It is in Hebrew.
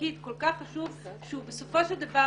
לתפקיד כל כך חשוב שהוא בסופו של דבר